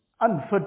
unfit